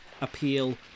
appeal